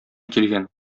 килгән